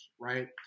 right